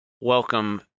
Welcome